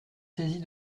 saisie